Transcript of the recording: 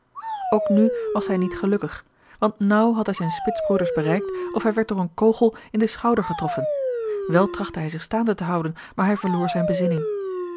ook nu was hij niet gelukkig want naauw had hij zijne spitsbroeders bereikt of hij werd door een kogel in den schouder getroffen wel trachtte hij zich staande te houden maar hij verloor zijne bezinning